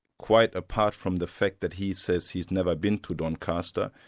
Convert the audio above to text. quite apart from the fact that he says he's never been to doncaster,